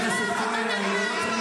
חברת הכנסת סלימאן, תודה.